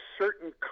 certain